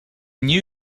new